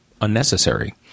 unnecessary